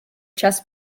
chess